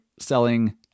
selling